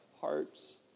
hearts